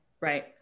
Right